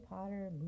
Potter